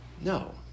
No